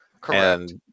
Correct